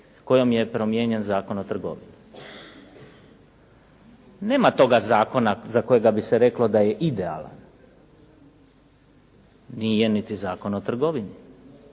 kojom je promijenjen Zakon o trgovini. Nema toga zakona za kojega bi se reklo da je ideala, nije niti Zakon o trgovini,